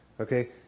okay